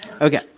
Okay